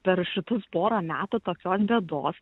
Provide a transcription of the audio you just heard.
per šitus pora metų tokios bėdos